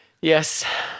yes